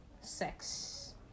sex